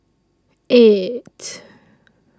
eight